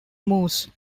moose